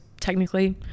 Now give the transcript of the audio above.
technically